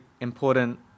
important